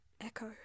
Echo